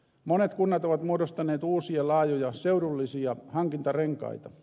monet kunnat ovat muodostaneet uusia laajoja seudullisia hankintarenkaita